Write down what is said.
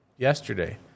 yesterday